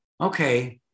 okay